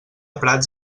prats